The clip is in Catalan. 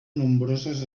nombroses